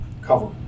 cover